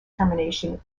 termination